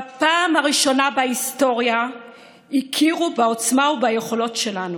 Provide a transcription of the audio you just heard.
בפעם הראשונה בהיסטוריה הכירו בעוצמה וביכולות שלנו.